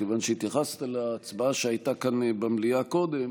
מכיוון שהתייחסת להצבעה שהייתה כאן במליאה קודם,